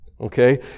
Okay